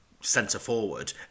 centre-forward